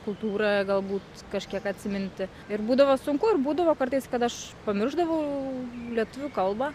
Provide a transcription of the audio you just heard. kultūrą galbūt kažkiek atsiminti ir būdavo sunku ir būdavo kartais kad aš pamiršdavau lietuvių kalbą